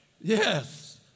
Yes